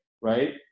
right